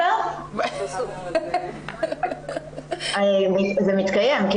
לצערי מהכותרות שאנחנו רואים בתקשורת